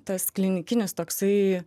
tas klinikinis toksai